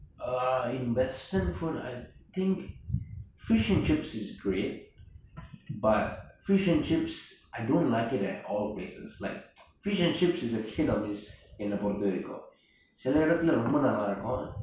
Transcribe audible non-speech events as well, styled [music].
err in western food I think fish and chips is great but fish and chips I don't like it at all places like [noise] fish and chips is a hit or miss என்ன பொருத்த வரைக்கும் சில எடத்துல ரொம்ப நல்லா இருக்கு:enna porutha varaikum sila edathula romba nalla irukkum